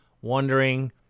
wondering